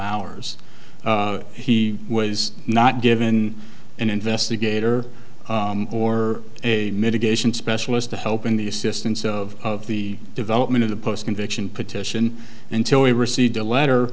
hours he i was not given an investigator or a mitigation specialist to help in the assistance of of the development of the post conviction petition until we received a letter